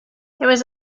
was